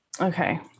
Okay